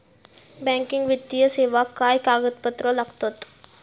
Banking वित्तीय सेवाक काय कागदपत्र लागतत?